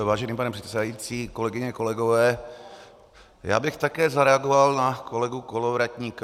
Vážený pane předsedající, kolegyně, kolegové, já bych také zareagoval na kolegu Kolovratníka.